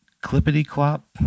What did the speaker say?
clippity-clop